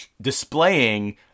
displaying